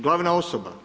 Glavna osoba.